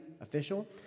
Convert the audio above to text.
official